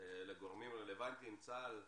לגורמים רלוונטיים צה"ל,